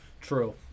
True